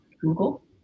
google